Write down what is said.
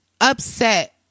upset